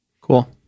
Cool